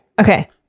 Okay